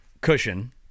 cushion